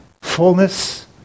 Fullness